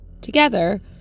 Together